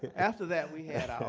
after that, we had